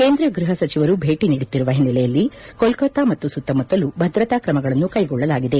ಕೇಂದ್ರ ಗೃಹ ಸಚಿವರು ಭೇಟ ನೀಡುತ್ತಿರುವ ಹಿನ್ನೆಲೆಯಲ್ಲಿ ಕೋಲ್ಕೊತಾ ಮತ್ತು ಸುತ್ತಮುತ್ತಲೂ ಭದ್ರತಾ ಕ್ರಮಗಳನ್ನು ಕೈಗೊಳ್ಳಲಾಗಿದೆ